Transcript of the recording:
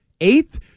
Eighth